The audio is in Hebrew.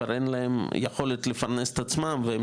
אין להם כבר יכולת לפרנס את עצמם והם